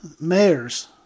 mayors